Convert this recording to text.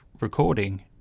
recording